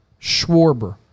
Schwarber